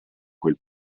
quel